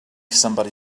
somebody